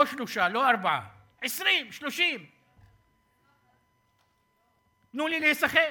לא שלושה, לא ארבעה, 20, 30. תנו לי להיסחף.